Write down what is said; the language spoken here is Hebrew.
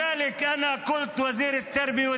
(אומר דברים בשפה